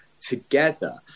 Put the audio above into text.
together